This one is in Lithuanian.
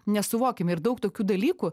nesuvokiami ir daug tokių dalykų